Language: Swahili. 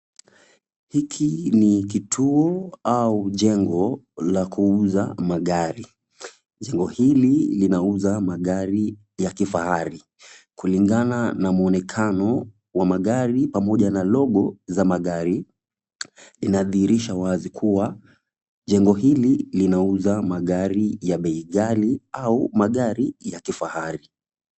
Hiki ni kituo au jengo la kuuza magari. Jengo hili linauza magari ya kifahari. Kulingana na mwonekano wa magari pamoja na [c]logo[c] za magari , inadhiirisha wazi kuwa, jengo hili linauza magari ya bei ghali au magari ya kifahari.